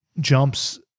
jumps